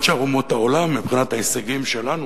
שאר אומות העולם מבחינת ההישגים שלנו.